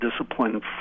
discipline